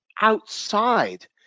outside